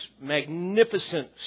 magnificent